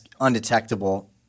undetectable